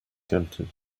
dented